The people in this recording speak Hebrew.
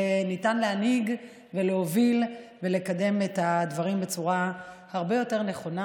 וניתן להנהיג ולהוביל ולקדם את הדברים בצורה הרבה יותר נכונה